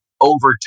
over